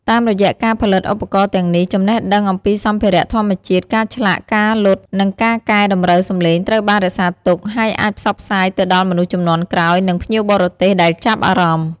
តាមរយៈការផលិតឧបករណ៍ទាំងនេះ ចំណេះដឹងអំពីសម្ភារៈធម្មជាតិ ការឆ្លាក់ ការលត់ និងការកែតម្រូវសម្លេងត្រូវបានរក្សាទុក ហើយអាចផ្សព្វផ្សាយទៅដល់មនុស្សជំនាន់ក្រោយ និងភ្ញៀវបរទេសដែលចាប់អារម្មណ៍។